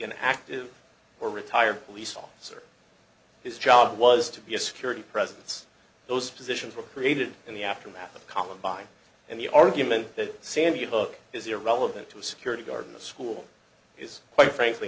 an active or retired police officer his job was to be a security presence those positions were created in the aftermath of columbine and the argument that sandy hook is irrelevant to a security guard in the school is quite frankly